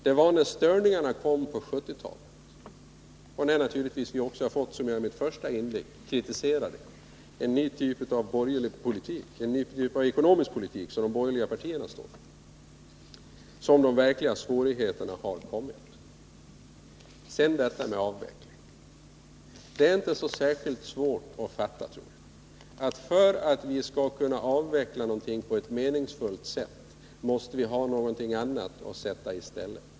Det var när störningarna kom på 1980-talet och naturligtvis också sedan vi fått — som jag kritiserade i mitt första inlägg — en ny typ av ekonomisk politik, för vilken de borgerliga partierna står, som de verkliga svårigheterna kom. Så några ord om detta med avvecklingen. Det är inte så särskilt svårt att fatta, tror jag, att för att vi skall kunna avveckla någonting på ett meningsfullt sätt måste vi ha någonting annat att sätta i stället.